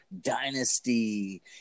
dynasty